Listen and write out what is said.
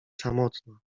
samotna